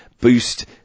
boost